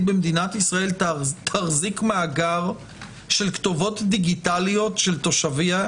במדינת ישראל תחזיק מאגר של כתובות דיגיטליות של תושביה,